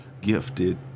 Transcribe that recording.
gifted